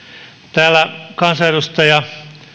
täällä kansanedustaja